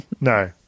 No